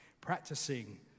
practicing